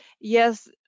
yes